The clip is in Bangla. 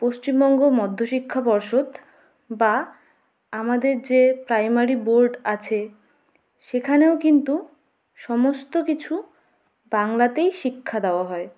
পশ্চিমবঙ্গ মধ্যশিক্ষা পর্ষদ বা আমাদের যে প্রাইমারি বোর্ড আছে সেখানেও কিন্তু সমস্ত কিছু বাংলাতেই শিক্ষা দেওয়া হয়